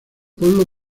pueblo